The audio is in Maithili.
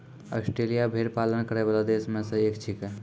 आस्ट्रेलिया भेड़ पालन करै वाला देश म सें एक छिकै